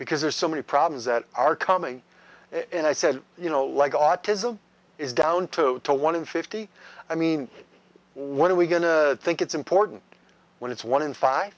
because there are so many problems that are coming in i said you know like autism is down two to one in fifty i mean what are we going to think it's important when it's one in five